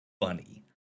funny